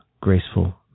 graceful